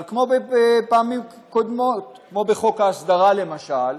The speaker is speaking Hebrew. אבל כמו בפעמים קודמות, כמו בחוק ההסדרה, למשל,